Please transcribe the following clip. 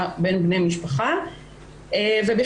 ואני